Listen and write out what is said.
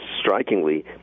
strikingly